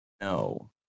No